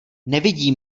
nevidí